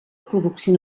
producció